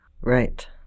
Right